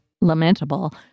lamentable